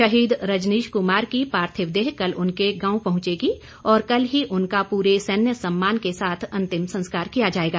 शहीद रजनीश कुमार का पार्थिव देह कल उनके गांव पहुंचेगा और कल ही उनका पूरे सैनिक सम्मान के साथ अंतिम संस्कार किया जाएगा